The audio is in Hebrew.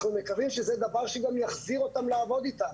אנחנו מקווים שזה דבר שגם יחזיר אותם לעבוד איתנו.